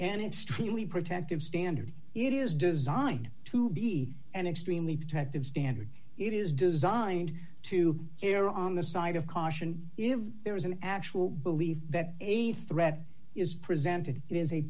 an extremely protective standard it is designed to be an extremely protective standard it is designed to err on the side of caution if there is an actual belief that a threat is presented i